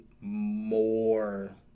more